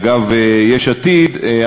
אגב יש עתיד,